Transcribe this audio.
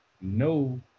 no